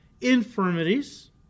infirmities